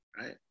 Right